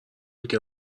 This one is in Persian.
دیگه